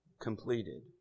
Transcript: completed